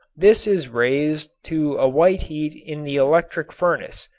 this is raised to a white heat in the electric furnace,